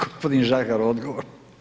Gospodin Žagar, odgovor.